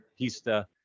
Pista